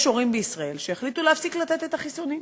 יש בישראל הורים שהחליטו להפסיק לתת את החיסונים.